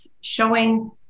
showing